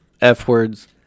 F-words